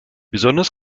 besonders